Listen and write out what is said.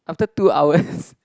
after two hours